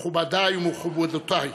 מכובדיי ומכובדותיי,